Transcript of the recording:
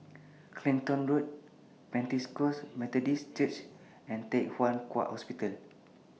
Clacton Road Pentecost Methodist Church and Thye Hua Kwan Hospital